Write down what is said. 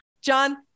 John